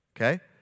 okay